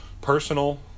personal